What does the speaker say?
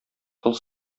тол